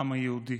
העם היהודי,